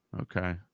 Okay